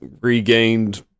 regained